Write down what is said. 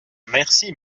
merci